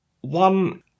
One